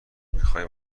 میخوای